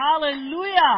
Hallelujah